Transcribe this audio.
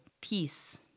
peace